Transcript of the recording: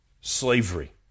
Slavery